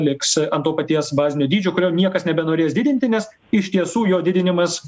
liks ant to paties bazinio dydžio kurio niekas nebenorės didinti nes iš tiesų jo didinimas